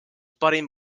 parim